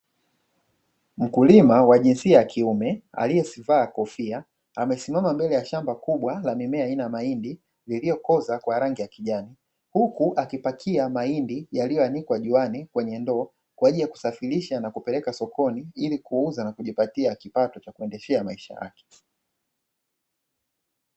Mkulima wa kiume aliyavaa kofia kubwa ya bluu, amesimama mbele ya shamba kubwa la mahindi lililokoza kwa rangi ya kijani huku akipakia mahindi yaliyoanikwa juani kwenye mifuko kwa ajili ya kusafirisha na kupeleka sokoni ili kuuza na kujipatia kipato cha kuendeshea maisha yake.